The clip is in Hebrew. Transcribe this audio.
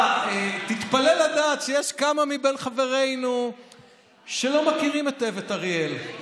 תתפלא לדעת שיש כמה מבין חברינו שלא מכירים היטב את אריאל,